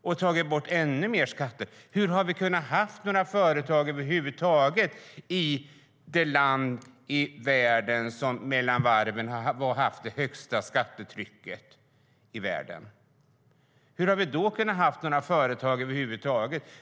Hur har Sverige kunnat ha några företag över huvud taget i det land som mellan varven har haft det högsta skattetrycket i världen? Hur har vi kunnat ha några företag över huvud taget?